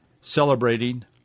celebrating